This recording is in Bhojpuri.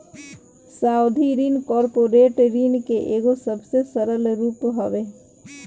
सावधि ऋण कॉर्पोरेट ऋण के एगो सबसे सरल रूप हवे